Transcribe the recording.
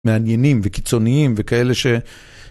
מעניינים וקיצוניים וכאלה ש...